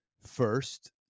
First